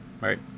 Right